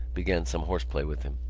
began some horseplay with him.